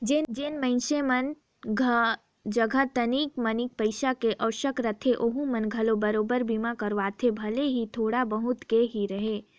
जेन मइनसे मन जघा तनिक मनिक पईसा के आवक रहथे ओहू मन घला बराबेर बीमा करवाथे भले ही थोड़ा बहुत के ही रहें